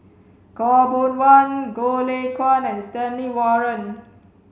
Khaw Boon Wan Goh Lay Kuan and Stanley Warren